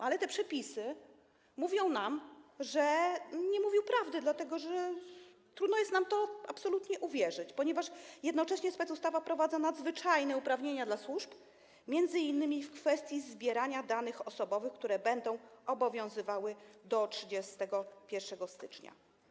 Ale te przepisy mówią nam, że nie mówił prawdy, dlatego że trudno jest nam w to uwierzyć, ponieważ jednocześnie specustawa wprowadza nadzwyczajne uprawnienia dla służb, m.in. w kwestii zbierania danych osobowych, które będą obowiązywały do 31 stycznia.